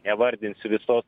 nevardinsiu visos